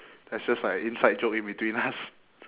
that's just like a inside joke in between us